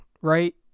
right